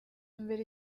mbere